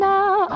Now